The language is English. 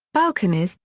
balconies,